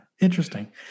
interesting